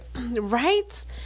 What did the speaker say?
Right